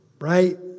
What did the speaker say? right